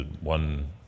one